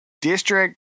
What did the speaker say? district